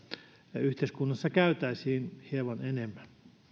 yhteiskunnassa käytäisiin hieman enemmän